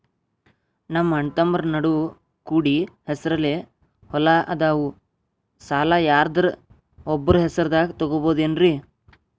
ನಮ್ಮಅಣ್ಣತಮ್ಮಂದ್ರ ನಡು ಕೂಡಿ ಹೆಸರಲೆ ಹೊಲಾ ಅದಾವು, ಸಾಲ ಯಾರ್ದರ ಒಬ್ಬರ ಹೆಸರದಾಗ ತಗೋಬೋದೇನ್ರಿ?